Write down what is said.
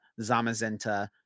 Zamazenta